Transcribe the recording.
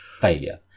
Failure